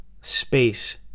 space